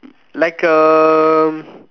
like a